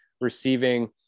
receiving